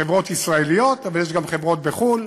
של חברות ישראליות, אבל יש גם חברות בחו"ל.